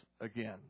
again